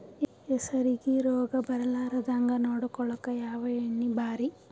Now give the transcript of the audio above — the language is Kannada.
ಹೆಸರಿಗಿ ರೋಗ ಬರಲಾರದಂಗ ನೊಡಕೊಳುಕ ಯಾವ ಎಣ್ಣಿ ಭಾರಿ?